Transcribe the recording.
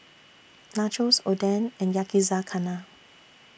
Nachos Oden and Yakizakana